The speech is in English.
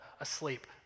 asleep